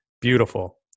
Beautiful